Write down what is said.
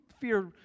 fear